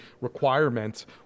requirements